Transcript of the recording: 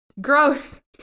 Gross